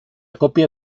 copia